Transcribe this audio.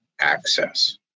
access